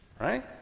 Right